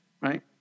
Right